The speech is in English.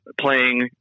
playing